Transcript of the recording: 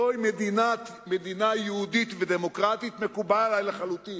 זוהי מדינה יהודית ודמוקרטית, מקובל עלי לחלוטין.